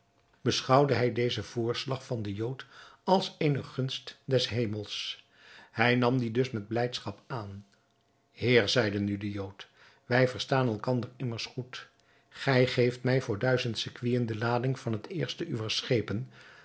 beschouwde hij dezen voorslag van den jood als eene gunst des hemels hij nam dien dus met blijdschap aan heer zeide nu de jood wij verstaan elkander immers goed gij geeft mij voor duizend sequinen de lading van het eerste uwer schepen